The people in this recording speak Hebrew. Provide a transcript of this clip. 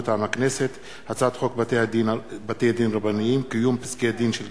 מטעם הכנסת: הצעת חוק בתי-דין רבניים (קיום פסקי-דין של גירושין)